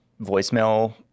voicemail